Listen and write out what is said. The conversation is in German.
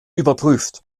überprüft